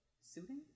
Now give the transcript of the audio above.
suiting